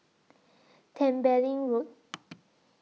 Tembeling Road